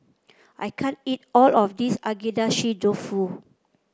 I can't eat all of this Agedashi Dofu